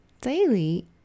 daily